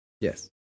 Yes